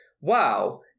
wow